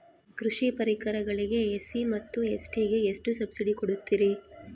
ಕೃಷಿ ಪರಿಕರಗಳಿಗೆ ಎಸ್.ಸಿ ಮತ್ತು ಎಸ್.ಟಿ ಗೆ ಎಷ್ಟು ಸಬ್ಸಿಡಿ ಕೊಡುತ್ತಾರ್ರಿ?